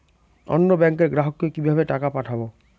অন্য ব্যাংকের গ্রাহককে কিভাবে টাকা পাঠাবো?